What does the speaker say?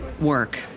work